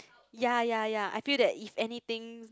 yea yea yea I feel that if anythings